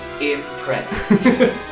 impressed